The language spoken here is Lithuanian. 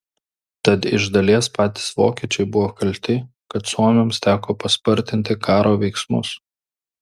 tad iš dalies patys vokiečiai buvo kalti kad suomiams teko paspartinti karo veiksmus